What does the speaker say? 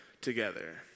together